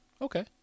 Okay